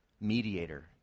mediator